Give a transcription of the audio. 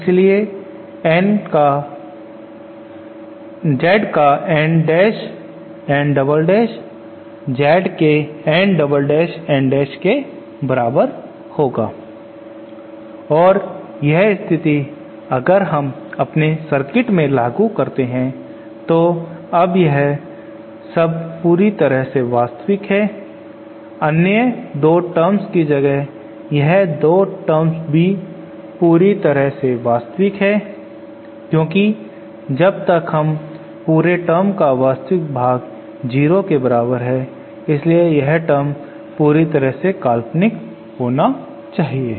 इसलिए Z का N dash N double dash Z के N double dash N dash के बराबर होगा और यह स्थिति अगर हम अपने सर्किट में लागू करते हैं तो अब यह सब पूरी तरह से वास्तविक है अन्य दो टर्म्स की तरह यह दो टर्म भी पूरी तरह से वास्तविक है क्योंकि जब तक इस पूरे टर्म का वास्तविक भाग 0 के बराबर है इसलिए यह टर्म पूरी तरह से काल्पनिक होना चाहिए